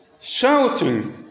shouting